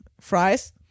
fries